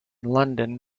london